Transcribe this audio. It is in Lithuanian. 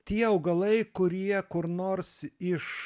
tie augalai kurie kur nors iš